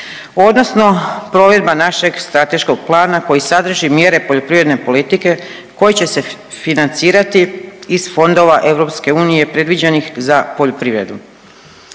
odnosno provedba našeg strateškog plana koji sadrži mjere poljoprivredne politike koji će se financirati iz fondova EU predviđenih za poljoprivredu.